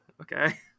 okay